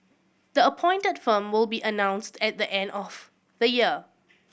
the appointed firm will be announced at the end of the year